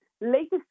latest